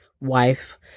wife